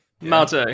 Mate